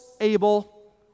Abel